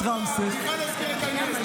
רעמסס ----- בכלל הזכיר את העניין הזה,